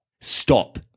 Stop